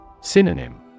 Synonym